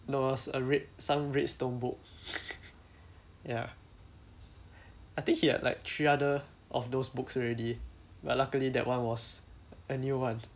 that was a red some redstone book ya I think he had like three other of those books already but luckily that [one] was a new [one]